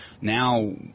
Now